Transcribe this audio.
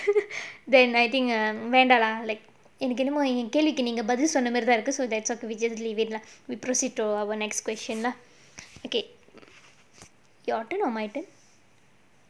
then I think err வேண்டாம்:vendaam like எனக்கென்னமோ இந்த கேள்விக்கு பதில் சொன்ன மாதிரி தான் இருக்கு:enakkaennamo indha kelvikku pathil sonna maadhirithaan irukku we proceed to our next question lah okay your turn or my turn